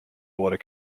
order